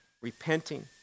Repenting